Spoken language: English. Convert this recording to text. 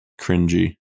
cringy